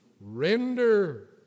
Render